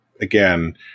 again